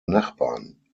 nachbarn